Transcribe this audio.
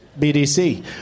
BDC